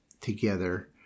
together